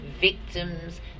victims